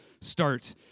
start